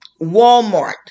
Walmart